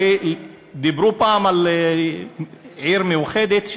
ודיברו פעם על עיר מאוחדת,